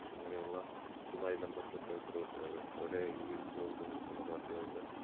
അങ്ങനെയുള്ള ഇതുമായി ബന്ധപ്പെട്ട് അവരെ ഏകീകരിച്ചു കൊണ്ട് നിൽക്കുന്ന പാർട്ടികൾക്ക്